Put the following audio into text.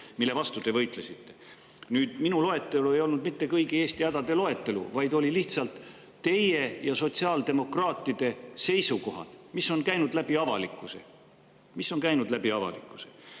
mille vastu te võitlesite. Minu loetelu ei olnud mitte kõigi Eesti hädade loetelu, vaid oli lihtsalt teie ja sotsiaaldemokraatide seisukohad, mis on käinud läbi avalikkuses. Nüüd, mis